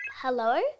Hello